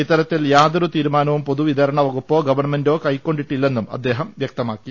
ഇത്തരത്തിൽ യാതൊരു തീരുമാനവും പൊതു വിതരണ വകുപ്പോ ഗവൺമെന്റോ കൈക്കൊണ്ടിട്ടില്ലെന്നും അദ്ദേഹം വൃക്തമാക്കി